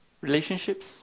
Relationships